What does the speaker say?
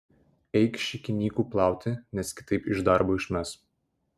eik šikinykų plauti nes kitaip iš darbo išmes